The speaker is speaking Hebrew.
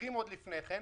ושכירים עוד לפני כן,